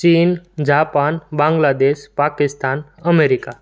Chin Japan Bangladesh Pakistan America